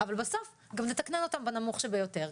אבל בסוף גם נתקנן אותם בנמוך שביותר.